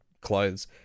clothes